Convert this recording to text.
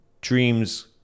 dreams